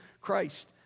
Christ